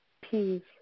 Peace